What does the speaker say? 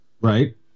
Right